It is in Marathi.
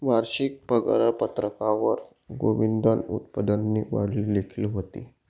वारशिक पगारपत्रकवर गोविंदनं उत्पन्ननी वाढ लिखेल व्हती